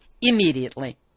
immediately